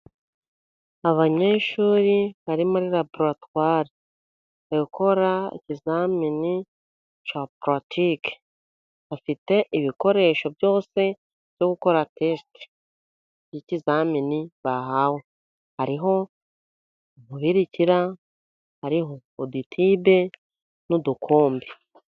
Abanyeshuri bari muri laboratware, bagiye gukora ikizamini cya pulatike , bafite ibikoresho byose byo gukora tesite y'ikizamini bahawe, hariho umubirikira, hariho udutibe n'udukombe.